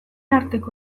arteko